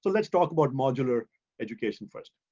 but let's talk about modular education first.